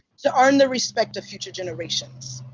to earn the respect of future generations.